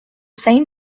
same